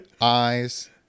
eyes